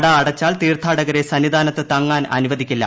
നട അടച്ചാൽ തീർത്ഥാടകരെ സന്നിധാനത്ത് തങ്ങാൻ അനുവദിക്കില്ല